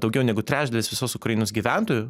daugiau negu trečdalis visos ukrainos gyventojų